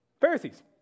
Pharisees